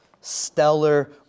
stellar